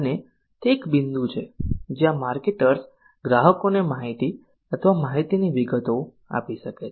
અને તે એક બિંદુ છે જ્યાં માર્કેટર્સ ગ્રાહકોને માહિતી અથવા માહિતીની વિગતો આપી શકે છે